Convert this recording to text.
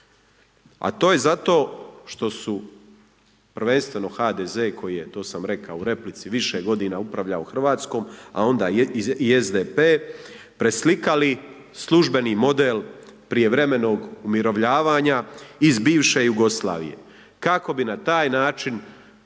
a to je zato što su prvenstveno HDZ koji je to sam rekao u replici više godina upravljao Hrvatskom, a onda i SDP preslikali službeni model prijevremenog umirovljenja iz bivše Jugoslavije kako bi na taj način